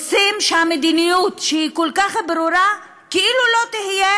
רוצים שהמדיניות, שהיא כל כך ברורה, כאילו לא תהיה